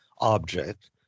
object